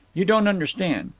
you don't understand.